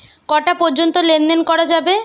কটা পর্যন্ত লেন দেন করা যাবে?